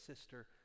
Sister